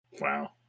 Wow